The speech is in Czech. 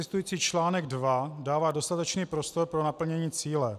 Existující článek 2 dává dostatečný prostor pro naplnění cíle.